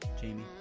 Jamie